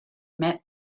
met